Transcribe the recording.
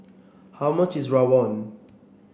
how much is Rawon